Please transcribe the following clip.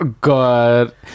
God